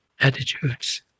Attitudes